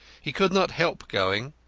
he could not help going.